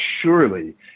surely